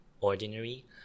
ordinary